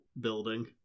building